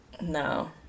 No